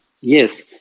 Yes